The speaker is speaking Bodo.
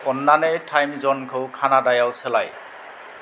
अन्नानै टाइम जनखौ कानाडायाव सोलाय